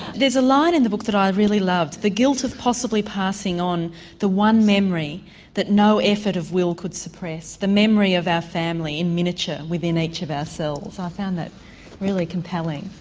there's a line in the book which i really loved the guilt of possibly passing on the one memory that no effort of will could suppress, the memory of our family in miniature within each of ourselves. i found that really compelling.